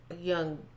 young